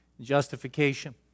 Justification